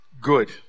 good